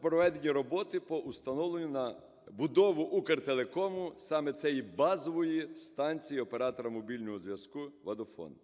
проведені роботи по установленню на будову "Укртелекому" саме цієї базової станції оператора мобільного зв'язку -Vodafone.